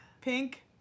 Pink